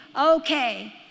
okay